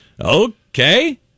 okay